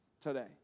today